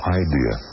idea